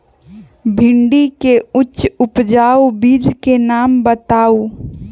भिंडी के उच्च उपजाऊ बीज के नाम बताऊ?